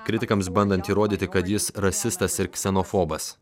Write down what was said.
kritikams bandant įrodyti kad jis rasistas ir ksenofobas